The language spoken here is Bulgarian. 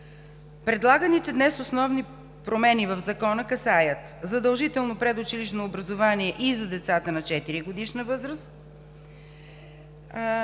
Предлаганите днес основни промени в Закона касаят задължителното предучилищно образование и за децата на четиригодишна възраст,